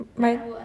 like